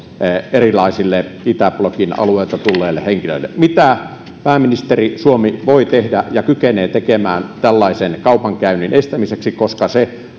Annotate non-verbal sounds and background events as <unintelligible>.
erilaisille itäblokin alueilta tulleille henkilöille mitä pääministeri suomi voi tehdä ja kykenee tekemään tällaisen kaupankäynnin estämiseksi koska se <unintelligible>